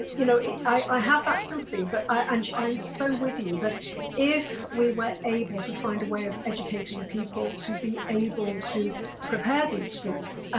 you know i have that something but i'm i'm so with you that if we were able to find a way of educating people to be able to prepare these foods,